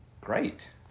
Great